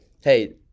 hey